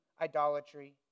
idolatry